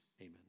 Amen